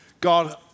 God